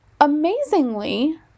amazingly